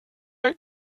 ein